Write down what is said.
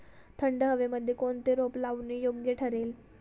थंड हवेमध्ये कोणते रोप लावणे योग्य ठरेल?